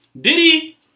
Diddy